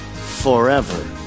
forever